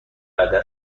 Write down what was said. بعدا